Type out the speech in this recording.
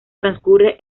transcurre